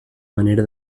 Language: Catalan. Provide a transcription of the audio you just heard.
manera